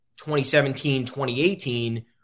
2017-2018